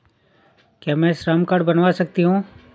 क्या मैं श्रम कार्ड बनवा सकती हूँ?